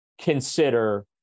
consider